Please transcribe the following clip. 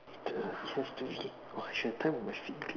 just do it or should've timed on my feet